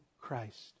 Christ